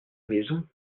maison